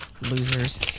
Losers